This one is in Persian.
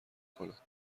کند